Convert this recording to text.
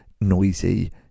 noisy